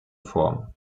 vor